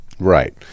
Right